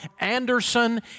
Anderson